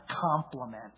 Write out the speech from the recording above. compliment